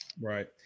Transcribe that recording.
Right